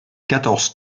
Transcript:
quatorze